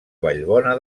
vallbona